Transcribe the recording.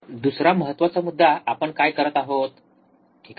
दुसरा महत्वाचा मुद्दा आपण काय करत आहोत ठीक आहे